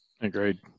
agreed